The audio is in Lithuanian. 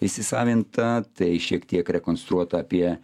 įsisavinta tai šiek tiek rekonstruot apie